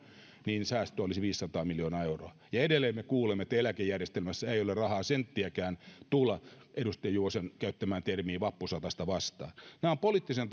ja säästö olisi viisisataa miljoonaa euroa ja edelleen me kuulemme että eläkejärjestelmässä ei ole rahaa senttiäkään tulla edustaja juvosen käyttämää termiä vappusatasta vastaan nämä ovat poliittisen